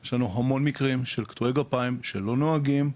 יש לנו המון מקרים של קטועי גפיים שלא נוהגים,